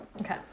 Okay